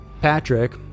Patrick